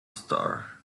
star